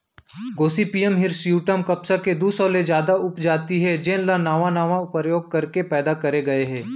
Gossypium hirsutum कपसा के दू सौ ले जादा उपजाति हे जेन ल नावा नावा परयोग करके पैदा करे गए हे